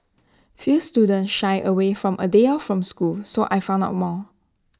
few students shy away from A day off from school so I found out more